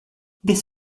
this